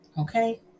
Okay